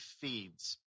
feeds